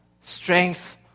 Strength